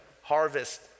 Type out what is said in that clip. harvest